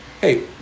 Hey